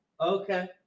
Okay